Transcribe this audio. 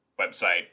website